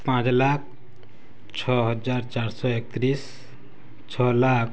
ପାଞ୍ଚ ଲକ୍ଷ ଛଅ ହଜାର ଚାରି ଶହ ଏକତିରିଶ ଛଅ ଲକ୍ଷ